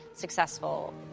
successful